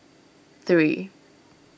three